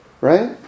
right